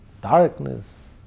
darkness